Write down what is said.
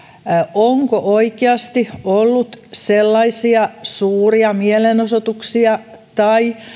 onko oikeasti ollut sellaisia suuria mielenosoituksia tai